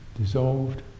dissolved